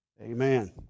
amen